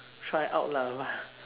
try out lah but